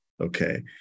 okay